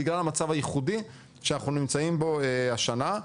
בגלל המצב הייחודי שאנחנו נמצאים בו השנה.